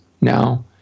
now